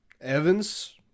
Evans